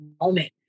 moment